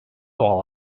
all